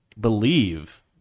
believe